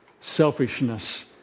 selfishness